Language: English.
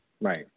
Right